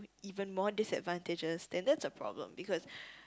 even more disadvantages then that's a problem because